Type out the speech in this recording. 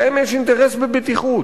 להם יש אינטרס בבטיחות,